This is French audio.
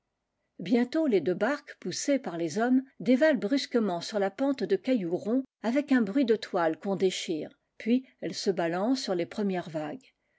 bientôt les deux barques poussées par les hommes dévalent brusquement sur la pente de cailloux ronds avec un bruit de toile qu'on déchire puis elles se balancent sur les premières vagues